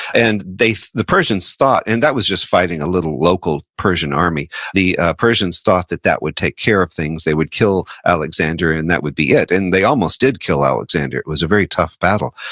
and the persians thought, and that was just fighting a little local persian army, the persians thought that that would take care of things, they would kill alexander and that would be it. and they almost did kill alexander, it was a very tough battle.